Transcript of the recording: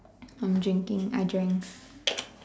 I'm drinking I drank